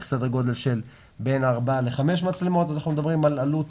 סדר גודל של בין 4-5 מצלמות אז אנחנו מדברים על עלות